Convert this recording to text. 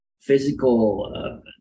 physical